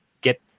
get